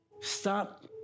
Stop